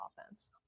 offense